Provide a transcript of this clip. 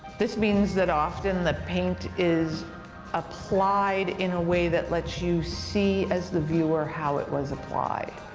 this means that often the paint is applied in a way that lets you see as the viewer how it was applied.